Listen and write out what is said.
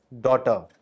daughter